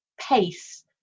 pace